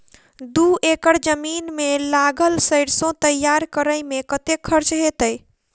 दू एकड़ जमीन मे लागल सैरसो तैयार करै मे कतेक खर्च हेतै?